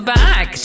back